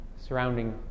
surrounding